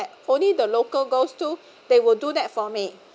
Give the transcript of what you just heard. only the local goes to they will do that for me